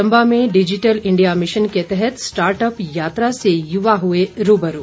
चम्बा में digital India mission के तहत स्टार्ट अप यात्रा से युवा हुए रूबरू